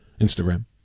Instagram